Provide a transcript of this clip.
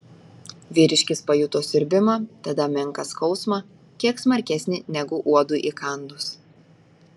vyriškis pajuto siurbimą tada menką skausmą kiek smarkesnį negu uodui įkandus